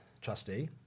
trustee